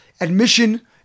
admission